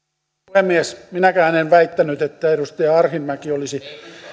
puhemies minäkään en väittänyt että edustaja arhinmäki olisi